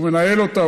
הוא מנהל אותה,